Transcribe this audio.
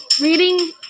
reading